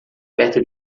perto